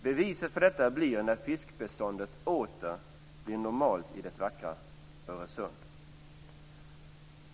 Beviset blir när fiskbeståndet åter blir normalt i det vackra Öresund.